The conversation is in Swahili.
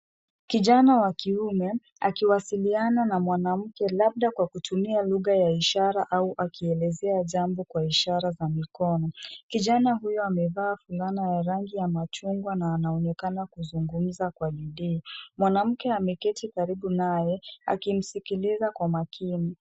Kijana wa kiume, akiwasiliana na mwanamke, labda kwa kutumia lugha ya ishara au akielezea jambo kwa ishara za mikono. Kijana huyo amevaa fulana ya rangi ya machungwa na anaonekana kuzungumza kwa bidii. Mwanamke ameketi karibu naye akimsikiliza kwa makini.